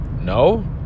No